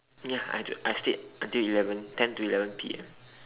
ya I do I stayed until eleven ten to eleven P_M